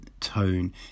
tone